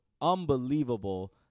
unbelievable